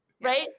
right